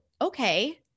okay